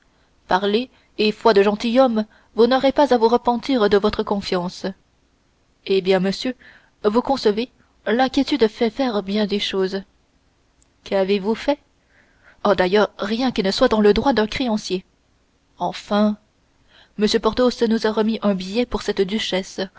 parlez et foi de gentilhomme vous n'aurez pas à vous repentir de votre confiance eh bien monsieur vous concevez l'inquiétude fait faire bien des choses qu'avez-vous fait oh d'ailleurs rien qui ne soit dans le droit d'un créancier enfin m porthos nous a remis un billet pour cette duchesse